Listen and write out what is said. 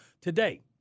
today